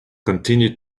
continued